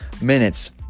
minutes